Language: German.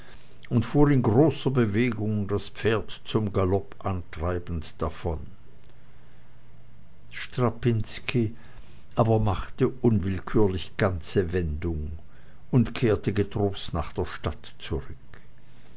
und fuhr in großer bewegung das pferd zum galopp antreibend davon strapinski aber machte unwillkürlich ganze wendung und kehrte getrost nach der stadt zurück